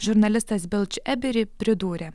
žurnalistas belč eberi pridūrė